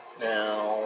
Now